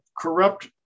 corrupt